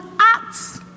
acts